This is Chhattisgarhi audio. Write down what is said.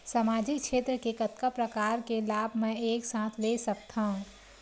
सामाजिक क्षेत्र के कतका प्रकार के लाभ मै एक साथ ले सकथव?